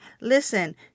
Listen